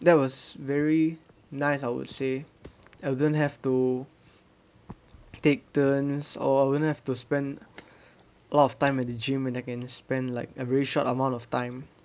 that was very nice I would say I don't have to take turns or I don't have to spend a lot of time at the gym and I can spend like a very short amount of time